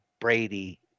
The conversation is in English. Brady